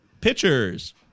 Pitchers